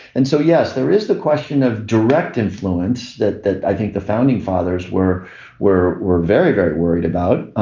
and so yes there is the question of direct influence that that i think the founding fathers were were were very very worried about.